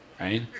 right